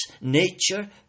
nature